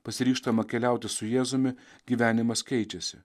pasiryžtama keliauti su jėzumi gyvenimas keičiasi